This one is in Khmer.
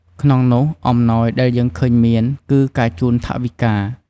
ក្នុងនោះអំណោយដែលយើងឃើញមានគឺ ការជូនថវិកា។